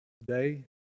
today